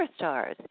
superstars